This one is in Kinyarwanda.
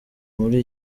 muri